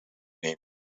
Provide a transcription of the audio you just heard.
name